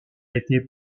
été